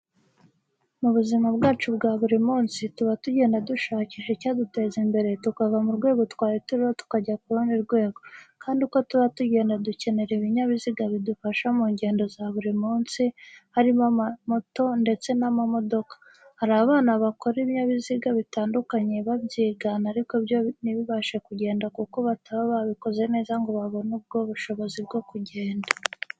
Mu buzima bwacu bwa buri munsi tuba tugenda dushakisha icyaduteza imbere tukava ku rwego twari turiho tukajya kurundi rwego, kandi uko tuba tugenda dukenera ibinyabuziga bidufasha mu ngendo za buri munsi, harimo amamoto ndetse n'amamodoka. Hari abana bakora ibinyabiziga bitandukanye babyigana ariko byo ntibibashe kugenda kuko bataba babikoze neza ngo babone ubwo bushobozi bwo kugenda.